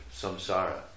Samsara